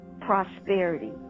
prosperity